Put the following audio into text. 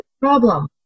problem